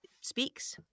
speaks